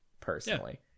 personally